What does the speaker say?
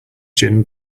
gin